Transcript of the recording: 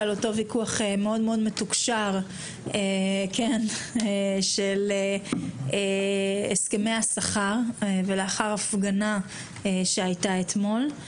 אותו ויכוח מתוקשר מאוד על הסכמי השכר ולאחר הפגנה שהייתה אתמול.